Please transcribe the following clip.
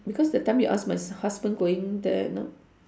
because that time you ask my husband going there you know